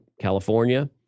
California